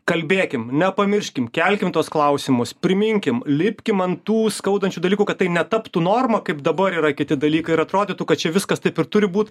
kalbėkim nepamirškim kelkim tuos klausimus priminkim lipkim ant tų skaudančių dalykų kad tai netaptų norma kaip dabar yra kiti dalykai ir atrodytų kad čia viskas taip ir turi būt